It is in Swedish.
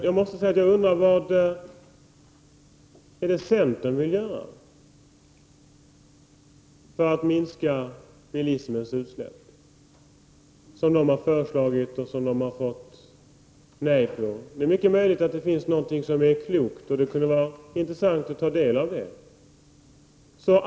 Jag undrar vad det är centern har föreslagit för att minska bilismens utsläpp som man har fått nej på. Det är mycket möjligt att det finns någonting som är klokt, och det kunde vara intressant att ta del av det.